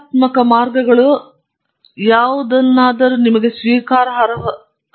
ನನ್ನ ವಿದ್ಯಾರ್ಥಿಗಳು ನೀವು ಆ ದೇವಸ್ಥಾನದ ಸುತ್ತ ಬಂದರೆ ನೀವು ಇನ್ನೂ ಐದು ಅಂಕಗಳನ್ನು ಪಡೆಯಬೇಕಾದರೆ ಹೇಳಲು ಬಳಸಲಾಗುತ್ತದೆ